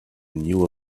knew